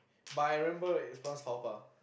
but I remember it's pronounced faux pas